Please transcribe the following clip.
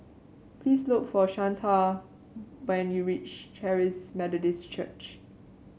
please look for Shanta when you reach Charis Methodist Church